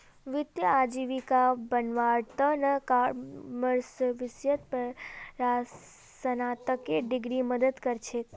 वित्तीय आजीविका बनव्वार त न कॉमर्सेर विषयत परास्नातकेर डिग्री मदद कर छेक